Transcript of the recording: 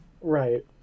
Right